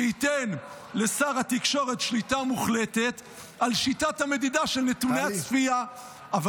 שייתן לשר התקשורת שליטה מוחלטת על שיטת המדידה של נתוני הצפייה.